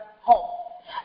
home